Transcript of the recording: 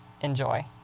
Enjoy